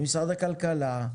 במשרד הכלכלה,